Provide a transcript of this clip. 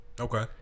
Okay